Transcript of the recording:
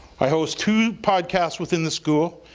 i host two podcasts within the school.